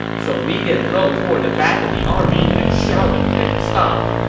so li dian rode toward the back of the army and shouted for them to stop.